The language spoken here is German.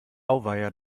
auweia